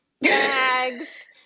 bags